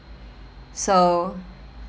so